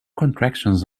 contractions